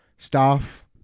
Staff